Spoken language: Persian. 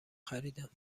خریدم